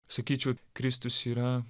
sakyčiau kristus yra